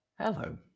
Hello